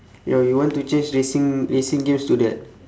your you want to change racing racing games to that